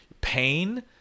pain